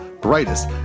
brightest